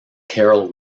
carroll